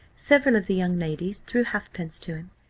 several of the young ladies threw halfpence to him.